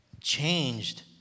changed